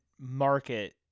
market